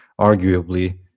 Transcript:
arguably